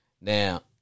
Now